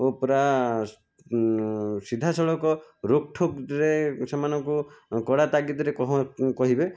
ଓ ପୁରା ସିଧାସଳଖ ରୋକ ଠୋକରେ ସେମାନଙ୍କୁ କଡ଼ା ତାଗିଦରେ କହିବେ